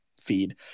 feed